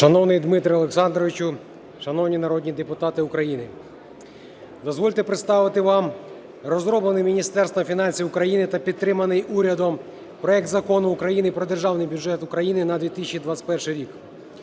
Шановний Дмитре Олександровичу, шановні народні депутати України! Дозвольте представити вам розроблений Міністерством фінансів України та підтриманий урядом проект Закону України "Про Держаний бюджет України на 2021 рік".